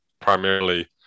primarily